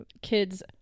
kids